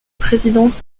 présidence